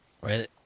right